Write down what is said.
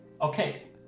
Okay